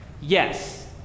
yes